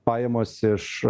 pajamos iš